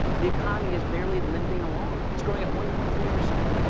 the economy is barely limping along. it's growing at one point three percent.